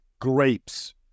grapes